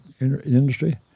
industry